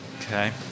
Okay